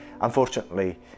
unfortunately